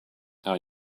are